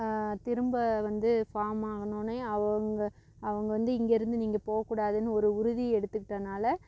திரும்ப வந்து ஃபார்ம் ஆகணுனே அவ் அவங்க அவங்க வந்து இங்கே இருந்து நீங்கள் போ கூடாதுன்னு ஒரு உறுதி எடுத்துக்கிட்டானால